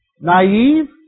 Naive